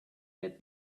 get